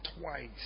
twice